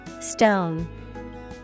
Stone